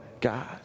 God